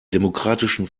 demokratischen